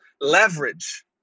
leverage